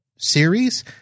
Series